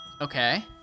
Okay